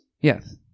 Yes